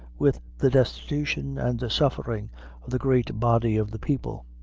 with the destitution and suffering of the great body of the people.